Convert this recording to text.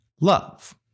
Love